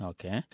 Okay